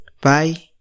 Bye